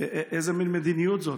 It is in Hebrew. איזה מין מדיניות זאת?